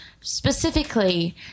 specifically